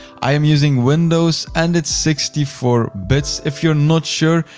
i am using windows and it's sixty four bits. if you're not sure,